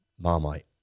Marmite